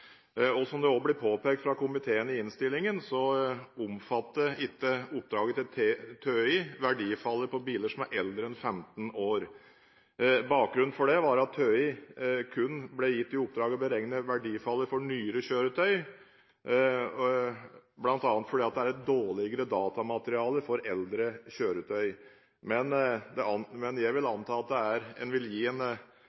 Som det også ble påpekt fra komiteen i innstillingen, så omfattet ikke oppdraget til TØI verdifallet på biler som er eldre enn 15 år. Bakgrunnen for det var at TØI kun ble gitt i oppdrag å beregne verdifallet for nyere kjøretøy, bl.a. fordi det er et dårligere datamateriale for eldre kjøretøy. Men jeg antar at en vil